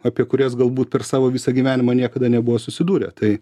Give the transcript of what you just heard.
apie kurias galbūt per savo visą gyvenimą niekada nebuvo susidūrę tai